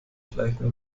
gleichen